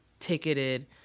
ticketed